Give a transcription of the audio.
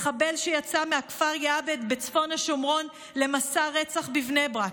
מחבל שיצא מהכפר יעבד בצפון השומרון למסע רצח בבני ברק,